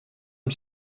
amb